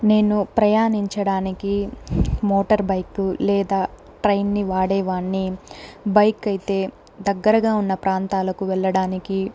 నేను ప్రయాణించడానికి motor bike లేదా ట్రైన్ని వాడే వాడ్ని బైక్ అయితే దగ్గరగా ఉన్న ప్రాంతాలకు వెళ్ళడానికి